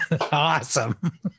Awesome